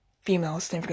females